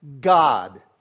God